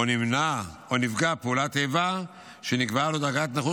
או נפגע פעולת איבה שנקבעה לו דרגת נכות